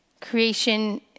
Creation